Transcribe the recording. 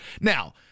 Now